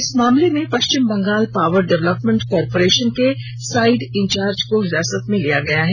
इस मामले में Paschim Bangal power development corporation के साइड इंचार्ज को हिरासत में लिया गया है